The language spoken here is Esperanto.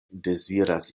deziras